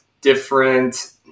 different